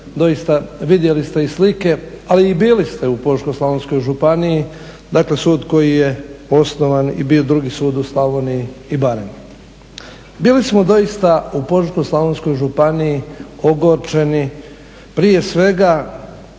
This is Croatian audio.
doista vidjeli ste i slike, ali i bili ste u Požeško-slavonskoj županiji, dakle sud koji je osnovan i bio drugi sud u Slavoniji i Baranji. Bili smo doista u Požeško-slavonskoj županiji ogorčeni prije svega